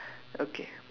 okay